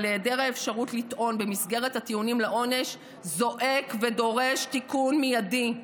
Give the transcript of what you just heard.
אבל היעדר האפשרות לטעון במסגרת הטיעונים לעונש זועק ודורש תיקון מיידי.